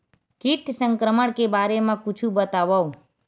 कीट संक्रमण के बारे म कुछु बतावव?